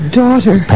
daughter